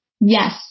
Yes